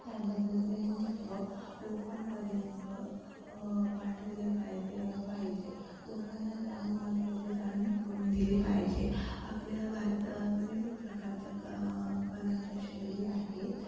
त्याबद्दलचे महत्त्व लोकांपर्यंत पाठवले पायजे पाहिजे लोकांना त्या महत्वाची जाणीव करून दिली पाहिजे आपल्या भारतात विविध प्रकारच्या का कलांच्या शैली आहेत